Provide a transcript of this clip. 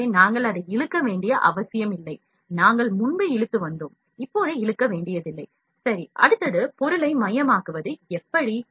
எனவே நாங்கள் அதை இழுக்க வேண்டிய அவசியமில்லை நாங்கள் முன்பு இழுத்து வந்தோம் இப்போது இழுக்க வேண்டியதில்லை சரி அடுத்தது பொருளை மையமாக்குவது எப்படி